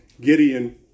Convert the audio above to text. Gideon